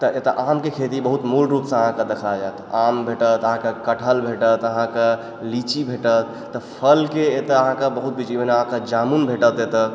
तऽ एतऽ आम के खेती बहुत मूल रूप सऽ अहाँकेॅं देखा जाएत आम भेटत अहाँकेॅं कठहल भेटत अहाँकेॅं लीची भेटत तऽ फल के एतऽ अहाँकेॅं बहुत भी जामुन भेटत एतऽ